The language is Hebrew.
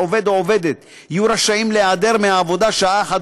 עובד או עובדת יהיו רשאים להיעדר מעבודתם שעה אחת